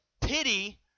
pity